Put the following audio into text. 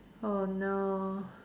oh no